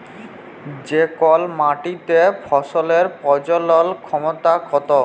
যে কল মাটিতে ফসলের প্রজলল ক্ষমতা কত